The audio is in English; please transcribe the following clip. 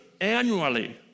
annually